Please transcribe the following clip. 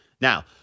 Now